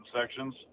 sections